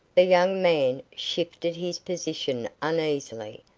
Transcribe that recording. the young man shifted his position uneasily,